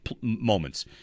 moments